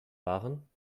waren